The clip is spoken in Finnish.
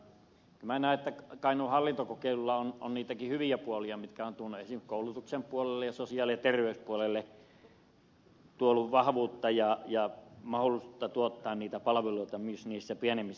kyllä minä näen että kainuun hallintokokeilulla on niitä hyviäkin puolia jotka ovat esimerkiksi koulutuksen puolelle ja sosiaali ja terveyspuolelle tuoneet vahvuutta ja mahdollisuuksia tuottaa niitä palveluita myös niissä pienemmissä kunnissa